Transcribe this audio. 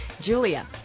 Julia